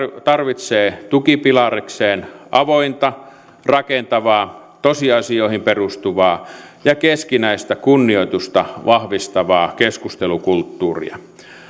tarvitsee tukipilarikseen avointa rakentavaa tosiasioihin perustuvaa ja keskinäistä kunnioitusta vahvistavaa keskustelukulttuuria